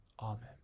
amen